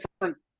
different